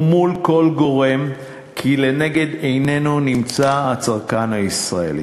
ומול כל גורם, כי לנגד עינינו נמצא הצרכן הישראלי.